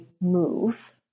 move